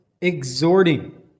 exhorting